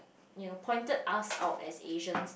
you know pointed us out as Asians